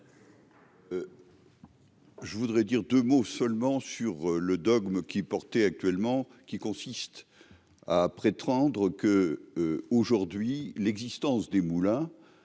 Je voudrais dire 2 mots seulement sur le dogme qui ait porté actuellement qui consiste à prétendre que, aujourd'hui, l'existence des Moulins